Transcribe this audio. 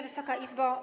Wysoka Izbo!